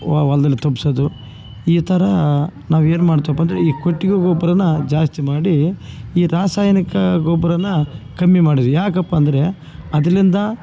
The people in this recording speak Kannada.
ವ ಹೊಲ್ದಲ್ಲಿ ತುಪ್ಸೋದು ಈ ಥರ ನಾವು ಏನು ಮಾಡ್ತೀವಪ್ಪ ಅಂದರೆ ಈ ಕೊಟ್ಟಿಗೆ ಗೊಬ್ರನ ಜಾಸ್ತಿ ಮಾಡಿ ಈ ರಾಸಾಯನಿಕ ಗೊಬ್ರನ ಕಮ್ಮಿ ಮಾಡಿದೀವಿ ಯಾಕಪ್ಪಂದರೆ ಅದ್ಲಿಂದ